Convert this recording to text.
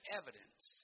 evidence